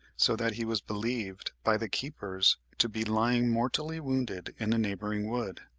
so that he was believed by the keepers to be lying mortally wounded in a neighbouring wood.